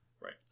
right